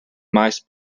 mice